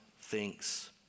thinks